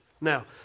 Now